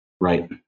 Right